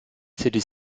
celui